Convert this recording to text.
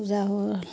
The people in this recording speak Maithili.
पूजा हो रहलै